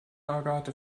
agathe